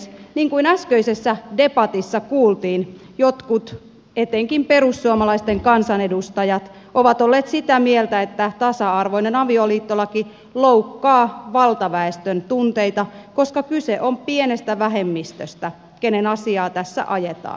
niin kuin äskeisessä debatissa kuultiin jotkut etenkin perussuomalaisten kansanedustajat ovat olleet sitä mieltä että tasa arvoinen avioliittolaki loukkaa valtaväestön tunteita koska siinä on kyse pienestä vähemmistöstä kenen asiaa tässä ajetaan